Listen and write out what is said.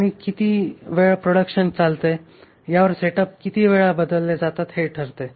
आणि किती वेळ प्रोडक्शन चालते यावर सेटअप किती वेळा बदलले जातात ते ठरते